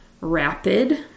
rapid